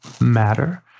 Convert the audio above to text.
matter